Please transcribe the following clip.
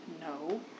No